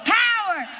power